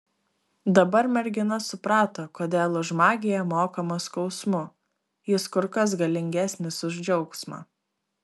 dabar mergina suprato kodėl už magiją mokama skausmu jis kur kas galingesnis už džiaugsmą